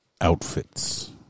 outfits